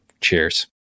cheers